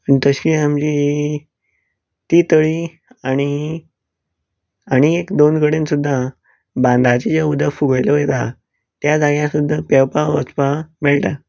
आनी तशी आमची ती तळी आनी आनी एक दोन कडेन सुद्दां बांदाचें उदक फुगयल्लें वता त्या जाग्यार सुद्दां पेंवपाक वचपाक मेळटा